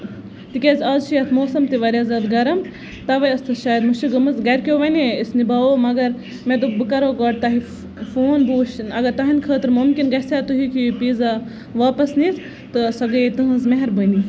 تِکیازِ آز چھُ اَتھ موسَم تہِ واریاہ زیادٕ گرم تَوے اوس تَتھ شایَد مُشٕک گوٚمُت گرِکیو وَنے أسۍ نِباوو مَگر مےٚ دوٚپ بہٕ کرو گۄڈٕ تۄہہِ فون بہٕ وٕچھِ اَگر تُہُند خٲطرٕ مُمکِن گژھِ ہا تُہۍ ہٮ۪کِو یہِ پیٖزا واپَس نِتھ تہٕ سۄ گٔے تُہُنز مہربٲنی